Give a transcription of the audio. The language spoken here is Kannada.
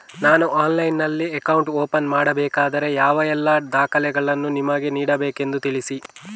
ನಾನು ಆನ್ಲೈನ್ನಲ್ಲಿ ಅಕೌಂಟ್ ಓಪನ್ ಮಾಡಬೇಕಾದರೆ ಯಾವ ಎಲ್ಲ ದಾಖಲೆಗಳನ್ನು ನಿಮಗೆ ನೀಡಬೇಕೆಂದು ತಿಳಿಸಿ?